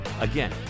Again